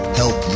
help